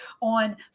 on